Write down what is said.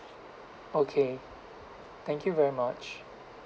okay thank you very much